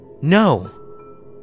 No